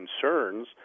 concerns